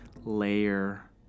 layer